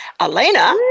Elena